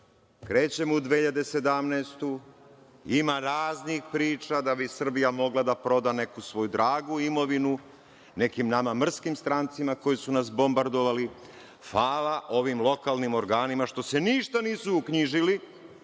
krećemo u 2017. godinu, ima raznih priča da bi Srbija mogla da proda neku svoju dragu imovinu, nekim nama mrskim strancima koji su nas bombardovali. Fala ovim lokalnim organima što ništa nisu uknjižili